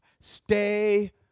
stay